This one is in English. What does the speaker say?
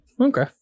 okay